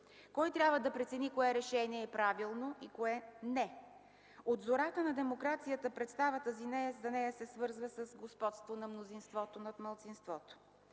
Кой трябва да прецени кое решение е правилно и кое – не? От зората на демокрацията представата за нея се свързва с господство на мнозинството над малцинството.